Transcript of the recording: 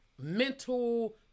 mental